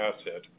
asset